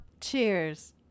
Cheers